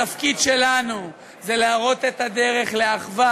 התפקיד שלנו זה להראות את הדרך לאחווה,